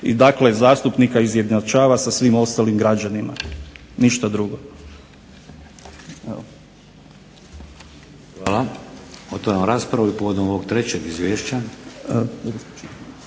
i dakle zastupnika izjednačava sa svim ostalim građanima, ništa drugo.